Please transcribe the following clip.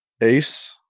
Ace